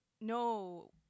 No